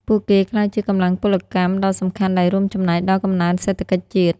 ពួកគេក្លាយជាកម្លាំងពលកម្មដ៏សំខាន់ដែលរួមចំណែកដល់កំណើនសេដ្ឋកិច្ចជាតិ។